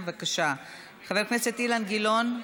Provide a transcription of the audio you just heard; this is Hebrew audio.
בבקשה: חבר הכנסת אילן גילאון,